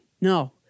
no